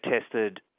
tested